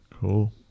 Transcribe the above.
Cool